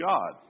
God